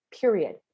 period